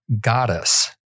goddess